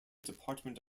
department